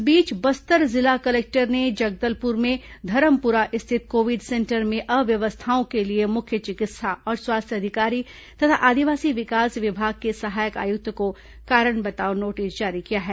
इस बीच बस्तर जिला कलेक्टर ने जगदलपुर में धरमपुरा स्थित कोविड सेंटर में अव्यवस्थाओं के लिए मुख्य चिकित्सा और स्वास्थ्य अधिकारी तथा आदिवासी विकास विभाग के सहायक आयुक्त को कारण बताओ नोटिस जारी किया है